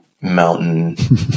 mountain